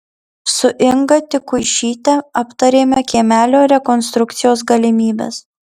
su inga tikuišyte aptarėme kiemelio rekonstrukcijos galimybes